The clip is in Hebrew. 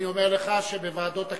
אני אומר לך שבוועדות הכנסת,